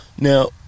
Now